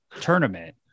tournament